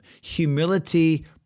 Humility